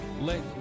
Let